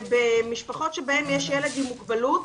במשפחות שבהן יש ילד עם מוגבלות,